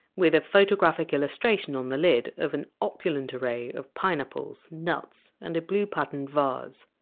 with a photographic illustration on the lid of an opulent array of pineapples, nuts, and a blue patterned vase.